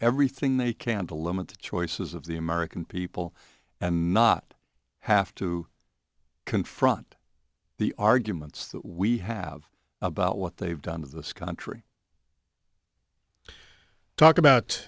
everything they can to limit the choices of the american people and not have to confront the arguments that we have about what they've done to this country talk about